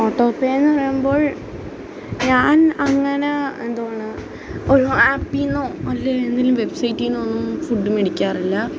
auto pay എന്നു പറയുമ്പോള് ഞാന് അങ്ങന എന്തുവാണ് ഒരു ആപ്പിൽ നിന്നോ അല്ലെങ്കിൽ ഏതെങ്കിലും വെബ്സൈറ്റിൽ നിന്നോ ഒന്നും ഫുഡ് മേടിക്കാറില്ല